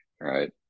right